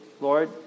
Lord